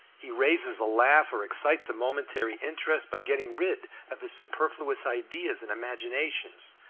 he raises a laugh or excites a momentary interest by getting rid of his superfluous ideas and imaginations,